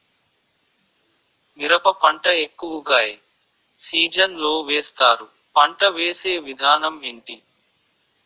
మిరప పంట ఎక్కువుగా ఏ సీజన్ లో వేస్తారు? పంట వేసే విధానం ఎంటి?